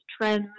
trends